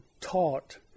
taught